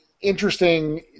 interesting